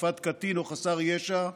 תקיפת קטין או חסר ישע,